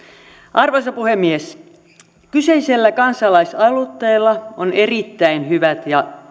arvoisa puhemies kyseisellä kansalaisaloitteella on erittäin hyvät ja